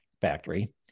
factory